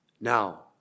Now